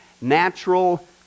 natural